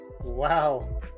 Wow